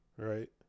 Right